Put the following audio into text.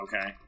Okay